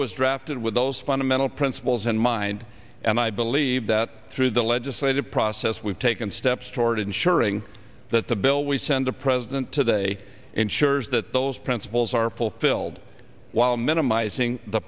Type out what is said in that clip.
was drafted with those fundamental principles in mind and i believe that through the legislative process we've taken steps toward ensuring that the bill we send the president today ensures that those principles are fulfilled while minimizing the